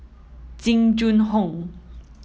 Jing Jun Hong